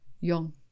young